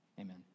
Amen